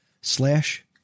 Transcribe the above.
slash